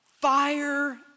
fire